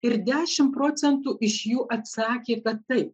ir dešimt procentų iš jų atsakė kad taip